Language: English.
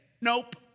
nope